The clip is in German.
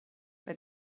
bei